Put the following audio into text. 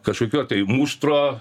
kažkokio muštro